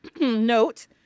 note